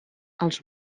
els